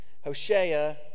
Hosea